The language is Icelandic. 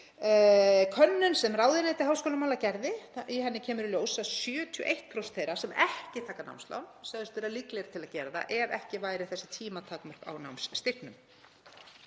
könnun sem ráðuneyti háskólamála gerði kemur í ljós að 71% þeirra sem ekki taka námslán sögðust vera líkleg til að gera það ef ekki væru þessi tímatakmörk á námsstyrknum.